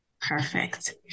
Perfect